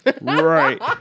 Right